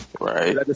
Right